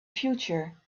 future